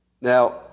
Now